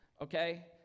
okay